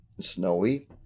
snowy